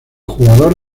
jugador